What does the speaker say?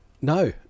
no